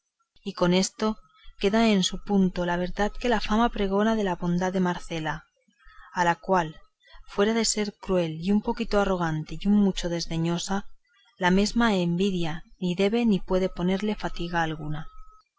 y con esto queda en su punto la verdad que la fama pregona de la bondad de marcela la cual fuera de ser cruel y un poco arrogante y un mucho desdeñosa la mesma envidia ni debe ni puede ponerle falta alguna